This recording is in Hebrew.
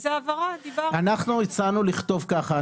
אנחנו הצענו לכתוב ככה,